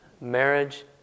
marriage